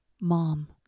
mom